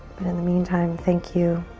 but in the meantime, thank you.